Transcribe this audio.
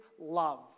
love